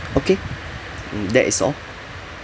okay mm that is all